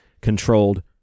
controlled